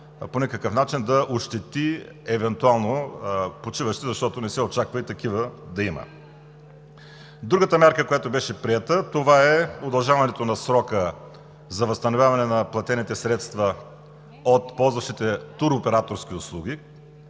по никакъв начин да ощети евентуално почиващите, защото не се очаква такива да има. Другата мярка, която беше приета, това е удължаването на срока за възстановяване на платените средства от ползващите туроператорски услуги,